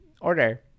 order